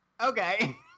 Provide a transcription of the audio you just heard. Okay